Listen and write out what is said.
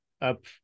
up